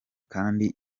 kandi